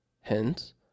Hence